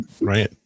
right